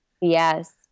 Yes